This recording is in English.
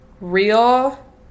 real